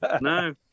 No